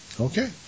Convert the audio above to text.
Okay